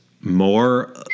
more